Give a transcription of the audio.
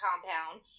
compound